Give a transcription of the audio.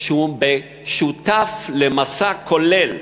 שהוא שותף למסע כולל,